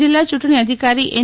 જિલ્લા યૂંટણી અધિકારી એન